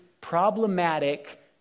problematic